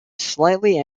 slightly